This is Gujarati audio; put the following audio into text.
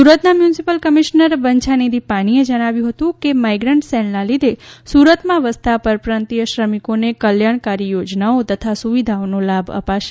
સુરતના મ્યુનીસીપલ કમીશનર બંછાનીધી પાનીએ જણાવ્યું હતું કે માઇગ્રન્ટ સેલના લીધે સુરતમાં વસતા પરપ્રાંતીય શ્રમિકોને કલ્યાણકારી યોજનાઓ તથા સુવિધાઓના લાભ અપાશે